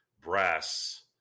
brass